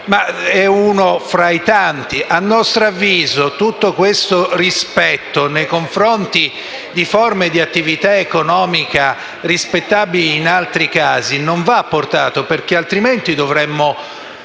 ma è uno tra i tanti. A nostro avviso, tutto il rispetto nei confronti di forme di attività economica rispettabili in altri casi non va portato, perché altrimenti dovremmo